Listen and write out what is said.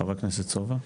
חבר הכנסת סובה.